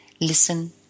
listen